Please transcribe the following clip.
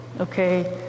okay